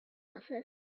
alchemist